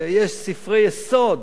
ויש ספרי יסוד